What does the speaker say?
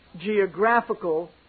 geographical